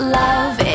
love